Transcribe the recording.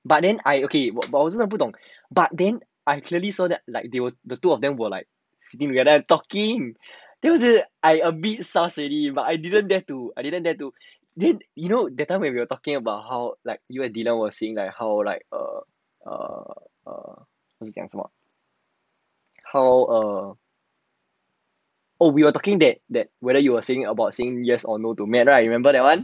but then I okay 我我真的不懂 but then I clearly saw that like they were the two of them were like sitting they are talking there 我就 I a bit already but I didn't dare to I didn't dare to you know that time when we were talking about how like you and diana was saying like how like err err err 我在讲什么 how err oh we were talking that whether they are saying about saying yes or no to matte right remember that [one]